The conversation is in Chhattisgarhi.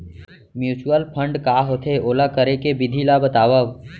म्यूचुअल फंड का होथे, ओला करे के विधि ला बतावव